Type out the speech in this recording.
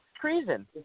Treason